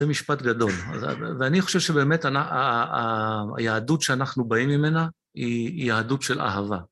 זה משפט גדול, ואני חושב שבאמת היהדות שאנחנו באים ממנה היא יהדות של אהבה.